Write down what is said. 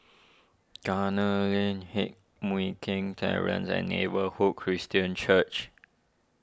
Gunner Lane Heng Mui Keng Terrace and Neighbourhood Christian Church